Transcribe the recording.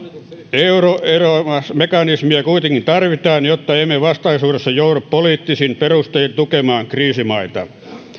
euroeromekanismia kuitenkin tarvitaan jotta emme vastaisuudessa joudu poliittisin perustein tukemaan kriisimaita